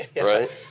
right